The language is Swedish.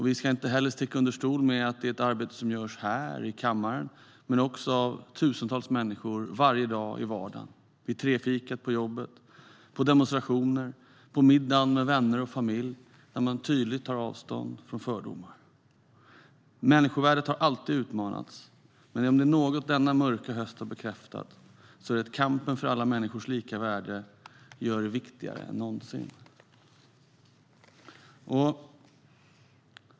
Vi ska inte sticka under stol med att detta är ett arbete som görs här i kammaren men också av tusentals människor varje dag, i vardagen - vid trefikat på jobbet, i demonstrationer, på middagen med vänner och familj när man tydligt tar avstånd från fördomar. Människovärdet har alltid utmanats, men om det är något denna mörka höst har bekräftat är det att kampen för alla människors lika värde gör det viktigare än någonsin.